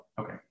okay